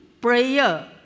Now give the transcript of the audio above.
prayer